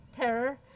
terror